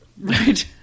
Right